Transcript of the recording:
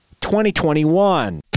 2021